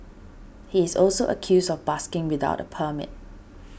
he is also accused of busking without a permit